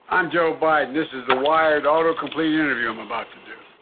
i'm joe biden. this is the wired autocomplete interview i'm about to do.